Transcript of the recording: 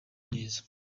neza